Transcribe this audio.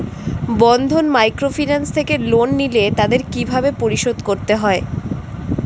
বন্ধন microfinance থেকে loan নিলে তাদের কিভাবে পরিশোধ করতে হয়?